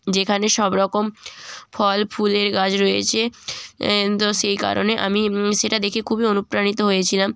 যেখানে সব রকম ফল ফুলের গাছ রয়েছে তো সেই কারণে আমি সেটা দেখে খুবই অনুপ্রাণিত হয়েছিলাম